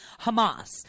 Hamas